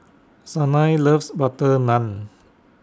Sanai loves Butter Naan